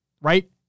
right